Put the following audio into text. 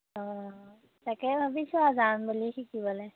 অঁ তাকে ভাবিছোঁ আৰু যাম বুলি শিকিবলৈ